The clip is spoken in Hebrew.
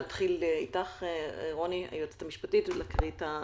נתחיל עם רוני טיסר, היועצת המשפטית של הוועדה,